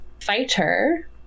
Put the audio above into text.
fighter